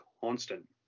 constant